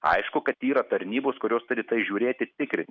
aišku kad yra tarnybos kurios turi pažiūrėti tikrai